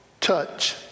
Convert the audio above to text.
touch